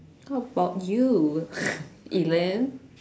what about you even